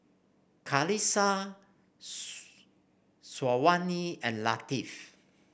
Qalisha Syazwani and Latif